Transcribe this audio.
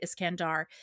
Iskandar